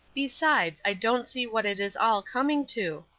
besides, i don't see what it is all coming to.